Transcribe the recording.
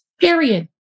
period